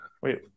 Wait